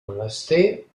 menester